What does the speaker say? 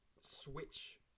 switch